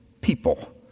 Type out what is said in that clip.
people